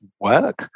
work